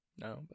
No